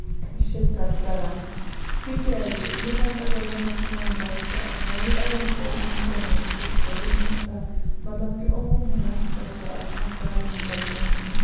شِرکَت کَران تکیازِ یِم ہَسا گۄڈنیٚٚتھ سٲنٛۍ بَچہِ چھِ آسان وۄنۍ اَگَر ہَسا أسۍ وٕنکیٚنُک وٕچھو یِم ہَسا مَطلَب کہِ عموماً ہَسا چھِ آسان سٲلمَن بَچَن